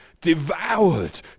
devoured